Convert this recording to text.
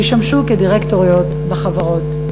שישמשו דירקטוריות בחברות.